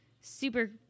super